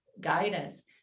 guidance